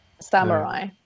samurai